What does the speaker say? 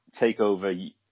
TakeOver